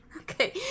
Okay